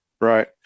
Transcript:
Right